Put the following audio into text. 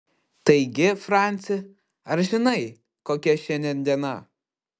taigi franci ar žinai kokia šiandien diena